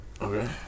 Okay